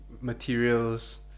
materials